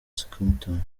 clinton